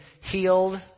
healed